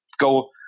go